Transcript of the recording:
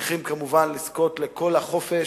צריכים כמובן לזכות לכל החופש,